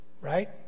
right